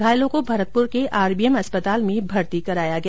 घायलों को भरतपुर के आरबीएम अस्पताल में भर्ती कराया गया